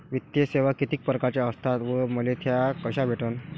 वित्तीय सेवा कितीक परकारच्या असतात व मले त्या कशा भेटन?